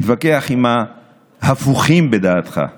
תתווכח עם ההפוכים בדעתך,